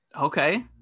Okay